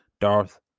Darth